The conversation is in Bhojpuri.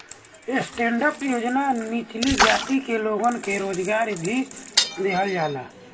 स्टैंडडप योजना निचली जाति के लोगन के रोजगार भी देहल जाला